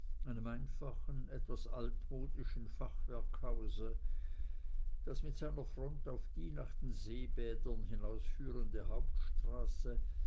einfachen etwas altmodischen fachwerkhaus das mit seiner front auf die nach den seebädern hinausführende hauptstraße